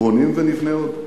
בונים ונבנה עוד.